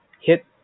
hit